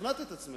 שכנעת את עצמך,